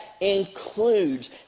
includes